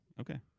Okay